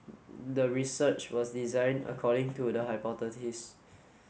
the research was designed according to the hypothesis